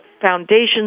foundations